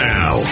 Now